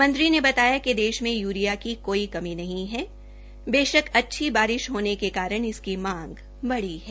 मंत्री ने बताया कि देश में यूरिया की कोई कमी नहीं है बेशक अच्छी बारिश होने के कारण इसकी मांग बढ़ी है